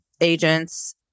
agents